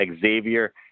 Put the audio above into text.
Xavier